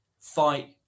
fight